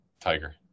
Tiger